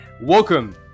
Welcome